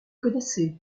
connaissez